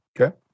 Okay